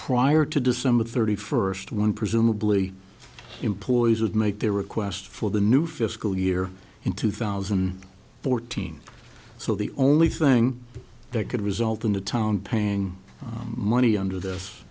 prior to december thirty first when presumably employees would make their request for the new fiscal year in two thousand and fourteen so the only thing that could result in the town paying money under this